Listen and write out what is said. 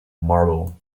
marble